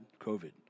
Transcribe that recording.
COVID